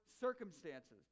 circumstances